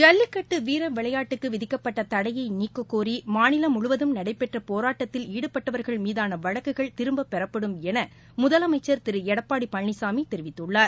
ஜல்லிக்கட்டு வீர விளையாட்டுக்கு விதிக்கப்பட்ட தடையை நீக்கக்கோரி மாநிலம் முழுவதும் நடைபெற்ற போராட்டத்தில் ஈடுபட்டவர்கள் மீதாள வழக்குகள் திரும்பப் பெறப்படும் என முதலமைச்சர் திரு எடப்பாடி பழனிசாமி தெரிவித்துள்ளார்